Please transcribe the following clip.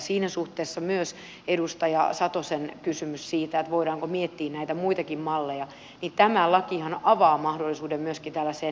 siinä suhteessa kun myös edustaja satonen kysyi siitä voidaanko miettiä näitä muitakin malleja niin tämä lakihan avaa mahdollisuuden myöskin tällaiseen suurempaan joustavuuteen